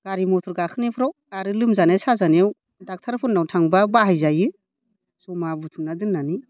गारि मथर गाखोनायफोराव आरो लोमजानाय साजानायाव डक्ट'रफोरनाव थांबा बाहायजायो जमा बुथुमना दोननानै